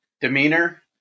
demeanor